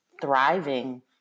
thriving